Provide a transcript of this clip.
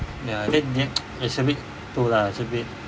ya I think it's a bit tu lah a bit